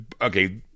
Okay